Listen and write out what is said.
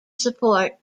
support